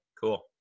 cool